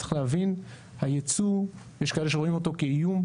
צריך להבין, הייצוא, יש כאלה שרואים אותו כאיום.